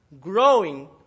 growing